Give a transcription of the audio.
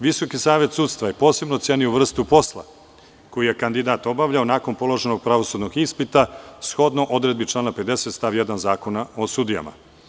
Visoki savet sudstva je posebno ocenio vrstu posla koji je kandidat obavljao nakon položenog pravosudnog ispita, shodno odredbi člana 50. stav 1. Zakona o sudijama.